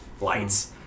lights